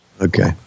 Okay